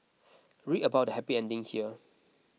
read about happy ending here